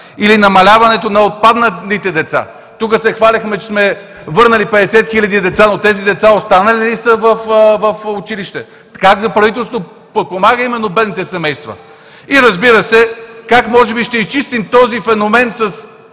Или намаляването на отпадналите деца? Тук се хвалихме, че сме върнали 50 хиляди деца, но тези деца останали ли са в училище? Как правителството подпомага именно бедните семейства? И, разбира се, как може би ще изчистим този феномен с